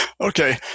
okay